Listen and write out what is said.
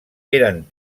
eren